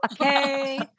okay